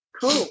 Cool